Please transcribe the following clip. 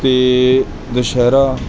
ਅਤੇ ਦੁਸਹਿਰਾ